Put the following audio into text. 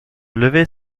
lever